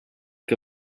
que